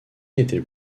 n’était